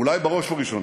אולי בראש ובראשונה,